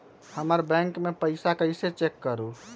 हमर बैंक में पईसा कईसे चेक करु?